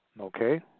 Okay